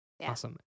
Awesome